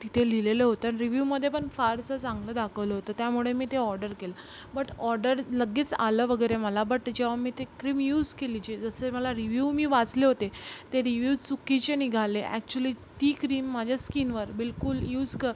तिथे लिहिलेलं होतं अन् रिव्यूमदेपण फारसं चांगलं दाखवलं होतं त्यामुळे मी ते ऑडर केलं बट ऑडर लगेच आलं वगैरे मला बट जेव्हा मी ते क्रीम यूस केली जे जसं मला रिव्ह्यू मी वाचले होते ते रिव्यू चुकीचे निघाले अॅक्च्युली ती क्रीम माझ्या स्कीनवर बिलकुल यूज क